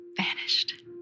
vanished